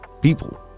people